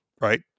right